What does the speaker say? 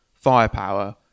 firepower